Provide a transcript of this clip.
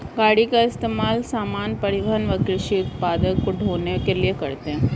गाड़ी का इस्तेमाल सामान, परिवहन व कृषि उत्पाद को ढ़ोने के लिए करते है